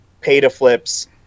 pay-to-flips